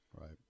Right